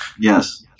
yes